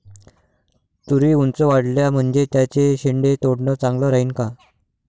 तुरी ऊंच वाढल्या म्हनजे त्याचे शेंडे तोडनं चांगलं राहीन का?